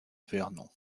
vernon